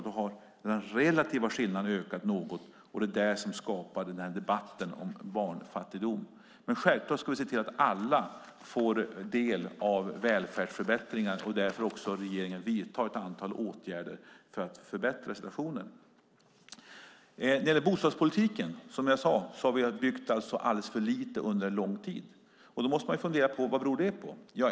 Den relativa skillnaden har dock ökat något, och det är det som skapar debatten om barnfattigdom. Självklart ska vi se till att alla får del av välfärdsförbättringar, och därför har regeringen vidtagit ett antal åtgärder. När det gäller bostadspolitiken har det under lång tid byggts alldeles för lite. Vad har det berott på?